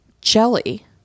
jelly